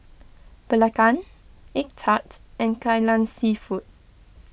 Belacan Egg Tart and Kai Lan Seafood